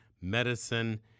medicine